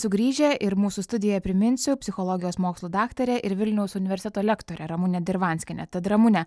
sugrįžę ir mūsų studijoj priminsiu psichologijos mokslų daktarė ir vilniaus universiteto lektorė ramunė dirvanskienė tad ramune